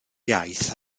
iaith